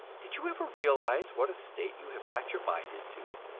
did you ever realize what a state you have got your mind into?